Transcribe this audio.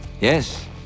Yes